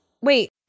wait